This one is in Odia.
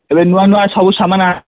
ଏବେ ନୂଆ ନୂଆ ସବୁ ସାମାନ